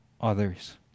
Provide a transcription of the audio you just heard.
others